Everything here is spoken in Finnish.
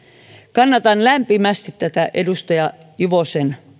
kannatan lämpimästi edustaja juvosen